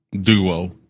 duo